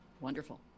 Wonderful